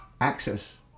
access